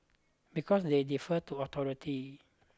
because they defer to authority